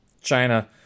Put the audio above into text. China